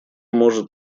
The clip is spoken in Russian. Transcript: может